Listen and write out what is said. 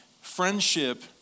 friendship